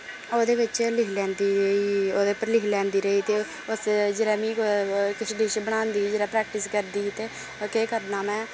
ओह्दे बिच्च लिखी लैंदी रेही ओह्दे पर लिखी लैंदी रेही ते उस जिल्लै मी कुतै किश डिश बनांदी ही जिल्लै प्रैक्टिस करदी ही ते केह् करना में